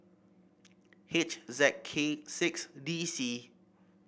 H Z K six D C